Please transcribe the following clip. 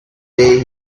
day